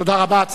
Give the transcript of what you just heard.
תודה רבה.